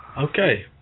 Okay